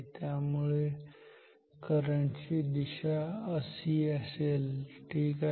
त्यामुळे करंट ची दिशा अशी असेल ठीक आहे